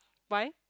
why